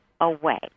away